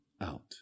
out